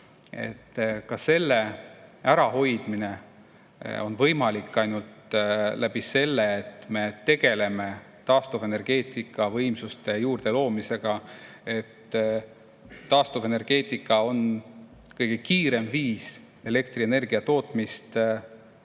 Ka selle ärahoidmine on võimalik ainult nii, et me tegeleme taastuvenergeetika võimsuste juurde loomisega. Taastuvenergeetika on kõige kiirem viis elektrienergia tootmist käesoleval